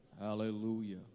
Hallelujah